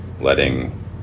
letting